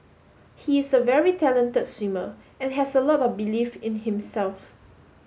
he is a very talented swimmer and has a lot of belief in himself